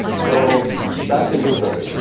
so that's the gist of it.